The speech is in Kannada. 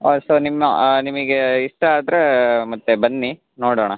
ಹಾಂ ಸೊ ನಿಮ್ಮ ನಿಮಗೆ ಇಷ್ಟ ಆದರೆ ಮತ್ತೆ ಬನ್ನಿ ನೋಡೋಣ